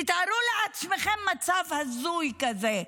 תתארו לעצמכם מצב הזוי כזה.